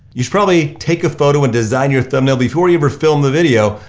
you should probably take a photo and design your thumbnail before you ever film the video,